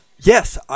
Yes